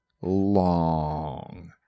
long